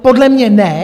Podle mě ne.